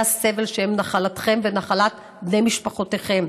הסבל שהם נחלתכם ונחלת בני משפחותיכם.